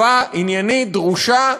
טובה, עניינית, דרושה,